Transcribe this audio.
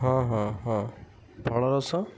ହଁ ହଁ ହଁ ଫଳ ରସ